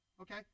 okay